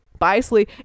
biasly